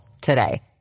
today